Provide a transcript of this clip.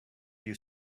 you